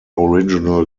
original